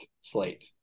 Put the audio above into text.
slate